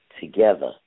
together